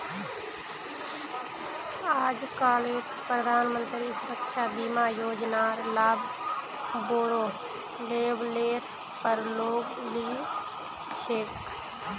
आजकालित प्रधानमंत्री सुरक्षा बीमा योजनार लाभ बोरो लेवलेर पर लोग ली छेक